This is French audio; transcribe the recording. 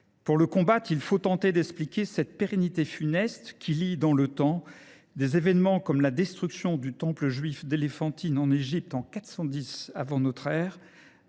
Pour le combattre, il faut tenter d’expliquer cette pérennité funeste qui lie dans le temps des événements comme la destruction du temple juif d’Éléphantine en Égypte en 410 avant notre ère,